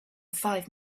five